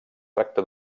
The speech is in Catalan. tracta